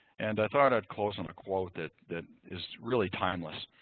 and i thought i'd close on a quote that that is really timeless.